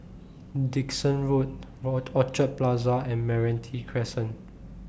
Dickson Road Orchard Plaza and Meranti Crescent